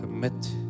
Commit